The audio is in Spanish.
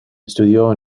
estudió